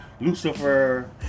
Lucifer